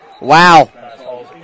Wow